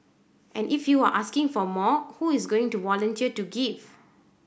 and if you are asking for more who is going to volunteer to give